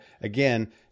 again